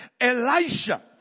Elisha